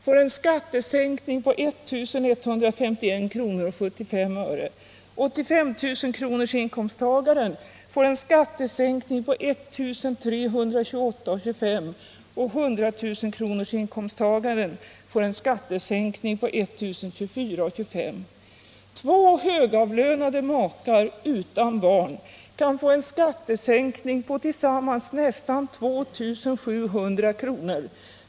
får en skattesänkning på 1 151:75 kr., 85 000-kronorsinkomsttagaren en skattesänkning på 1328:25 kr. och 100 000-kronorsinkomsttagaren en skattesänkning på 1 024:25 kr. Två högavlönade makar utan barn kan få en skattesänkning på tillsammans nästan 2 700 kr.